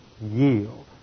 Yield